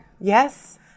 Yes